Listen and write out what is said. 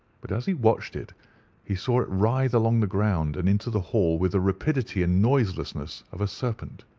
but as he watched it he saw it writhe along the ground and into the hall with the rapidity and noiselessness of a serpent.